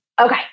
okay